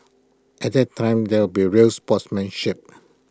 at that time there be real sportsmanship